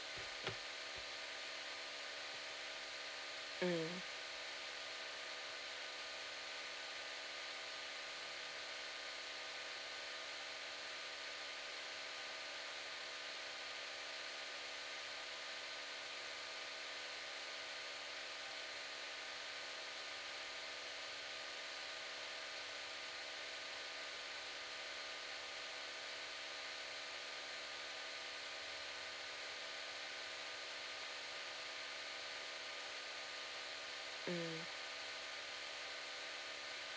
mm